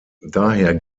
daher